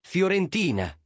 Fiorentina